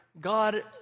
God